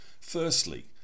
Firstly